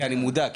כי אני מודאג.